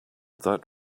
that